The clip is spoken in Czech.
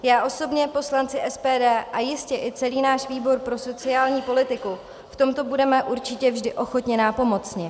Já osobně, poslanci SPD a jistě i celý náš výbor pro sociální politiku v tomto budeme určitě vždy ochotně nápomocni.